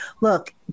look